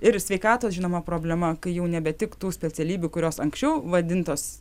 ir sveikatos žinoma problema kai jau nebetiktų specialybių kurios anksčiau vadintos